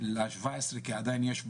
ל-17 כי עדיין יש בעיות.